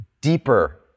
deeper